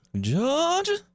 Georgia